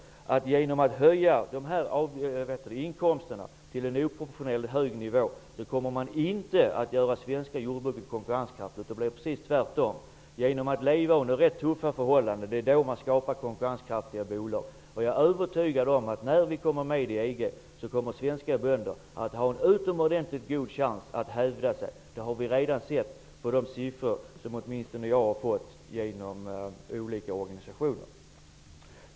Genom att höja inkomsterna till en oproportionerligt hög nivå kommer det svenska jordbruket inte att bli konkurrenskraftigt. Det blir tvärtom. Det är under tuffa förhållanden som konkurrenskraftiga bolag skapas. Jag är övertygad om att när Sverige blir medlem i EG kommer svenska bönder att ha en utomordentligt god chans att hävda sig. Det har vi redan sett på de siffror som åtminstone jag har fått av olika organisationer.